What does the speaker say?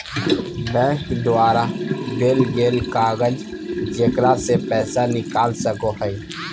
bank द्वारा देल गेल कागज जेकरा से पैसा निकाल सको हइ